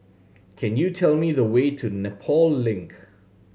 can you tell me the way to Nepal Link